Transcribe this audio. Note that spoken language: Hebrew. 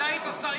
אתה היית שר.